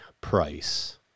price